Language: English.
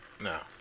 No